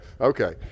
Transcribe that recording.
Okay